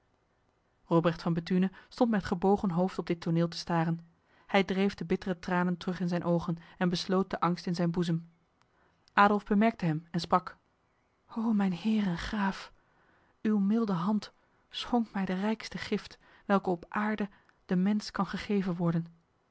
robrecht van bethune stond met gebogen hoofd op dit toneel te staren hij dreef de bittere tranen terug in zijn ogen en besloot de angst in zijn boezem adolf bemerkte hem en sprak o mijn heer en graaf uw milde hand schonk mij de rijkste gift welke op aarde de mens kan gegeven worden